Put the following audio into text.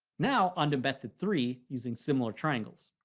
now on to method three using similar triangles.